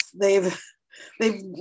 They've—they've